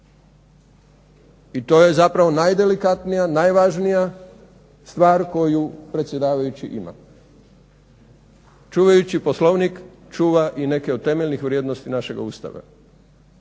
I to je zapravo najdelikatnija, najvažnija stvar koju predsjedavajući ima. Čuvajući Poslovnik čuva i neke od temeljnih vrijednosti našega Ustava.